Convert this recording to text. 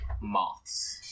Moths